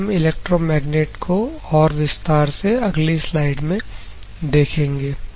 अब हम इलेक्ट्रोमैग्नेट को और विस्तार से अगली स्लाइड में देखेंगे